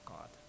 God